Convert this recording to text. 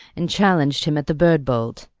and challenged him at the bird-bolt.